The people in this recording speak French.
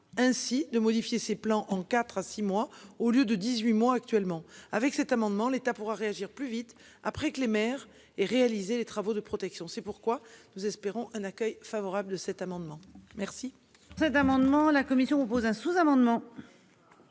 ainsi de modifier ses plans en 4 à 6 mois au lieu de 18 mois actuellement avec cet amendement, l'État pourra réagir plus vite après que les maires et réaliser les travaux de protection. C'est pourquoi nous espérons un accueil favorable de cet amendement. Merci.